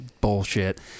bullshit